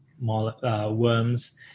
worms